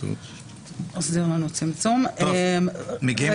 סעיף נוסף, 4,